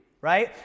right